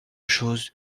chose